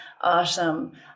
Awesome